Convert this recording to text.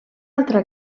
altra